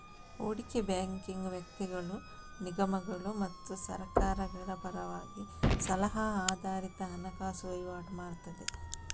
ಹೂಡಿಕೆ ಬ್ಯಾಂಕಿಂಗು ವ್ಯಕ್ತಿಗಳು, ನಿಗಮಗಳು ಮತ್ತು ಸರ್ಕಾರಗಳ ಪರವಾಗಿ ಸಲಹಾ ಆಧಾರಿತ ಹಣಕಾಸು ವೈವಾಟು ಮಾಡ್ತದೆ